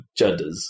judders